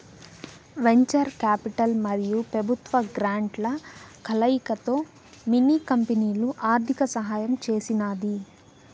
venture capital మరియు పెబుత్వ గ్రాంట్ల కలయికతో మిన్ని కంపెనీ ఆర్థిక సహాయం చేసినాది